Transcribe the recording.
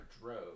drove